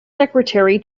secretary